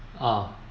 ah